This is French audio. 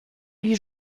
lui